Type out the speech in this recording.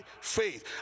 faith